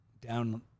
down